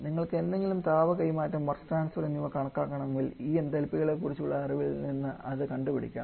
നിങ്ങൾക്ക് ഏതെങ്കിലും താപ കൈമാറ്റം വർക്ക് ട്രാൻസ്ഫർ എന്നിവ കണക്കാക്കണമെങ്കിൽ ഈ എന്തൽപികളെക്കുറിച്ചുള്ള അറിവിൽ നിന്ന് അത് കണ്ടുപിടിക്കാം